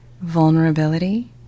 vulnerability